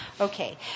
Okay